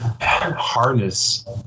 harness